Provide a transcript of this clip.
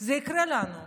זה יקרה לנו.